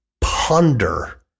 ponder